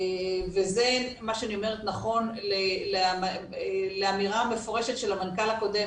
ומה שאני אומרת נכון לאמירה מפורשת של המנכ"ל הקודם,